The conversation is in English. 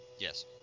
Yes